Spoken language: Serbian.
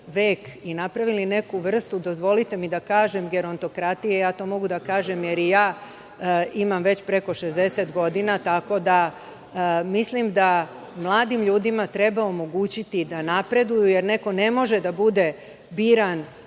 vek i napravili neku vrstu, dozvolite mi da kažem, gerontokratije, to mogu da kažem jer i ja imam već preko 60 godina, mislim da mladim ljudima treba omogućiti da napreduju, jer neko ne može da bude biran